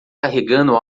carregando